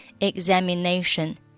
examination